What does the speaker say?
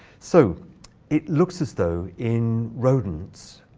so it looks as though, in rodents,